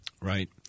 Right